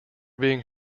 being